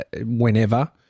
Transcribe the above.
whenever